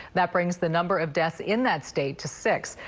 that brings the number of deaths in that state to six.